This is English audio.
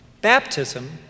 Baptism